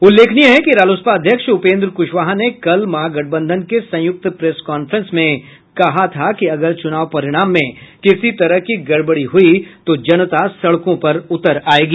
उल्लेखनीय है कि रालोसपा अध्यक्ष उपेन्द्र क्शवाहा ने कल महागठबंधन के संयुक्त प्रेस कॉन्फ्रेंस में कहा था कि अगर चुनाव परिणाम में किसी तरह की गडबडी हुई तो जनता सड़कों पर उतर आएगी